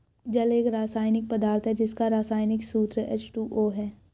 जल एक रसायनिक पदार्थ है जिसका रसायनिक सूत्र एच.टू.ओ है